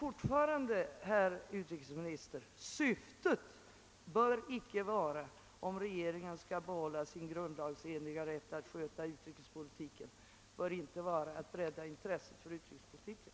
Om regeringen skall behålla sin grundlagsenliga rätt att sköta utrikespolitiken bör syftet med vänortsförbindelserna inte vara att bredda intresset för utrikespolitiken.